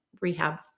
rehab